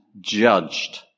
judged